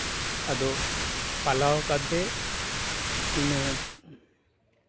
ᱟᱫᱚ ᱯᱟᱞᱟᱣ ᱠᱟᱛᱮᱫ ᱤᱱᱟᱹ